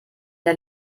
der